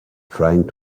trying